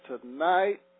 tonight